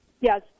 Yes